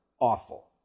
awful